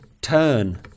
turn